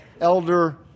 elder